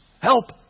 help